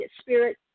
spirit